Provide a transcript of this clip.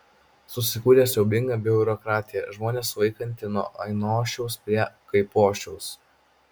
susikūrė siaubinga biurokratija žmones vaikanti nuo ainošiaus prie kaipošiaus